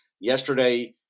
Yesterday